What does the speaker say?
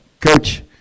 Coach